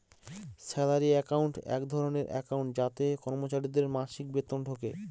salary account এক ধরনের account যাতে কর্মচারীদের মাসিক বেতন ঢোকে